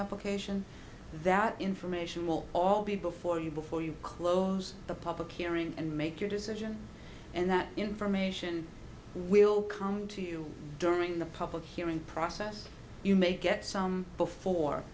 application that information will all be before you before you close the public hearing and make your decision and that information will come to you during the public hearing process you may get some before